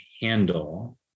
handle